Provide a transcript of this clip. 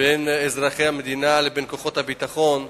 בין אזרחי המדינה לכוחות הביטחון.